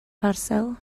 parsel